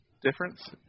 difference